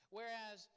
Whereas